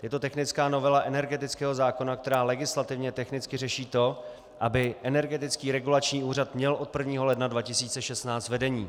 Je to technická novela energetického zákona, která legislativně technicky řeší to, aby Energetický regulační úřad měl od 1. ledna 2016 vedení.